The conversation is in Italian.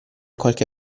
qualche